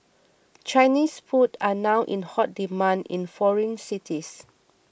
Chinese food are now in hot demand in foreign cities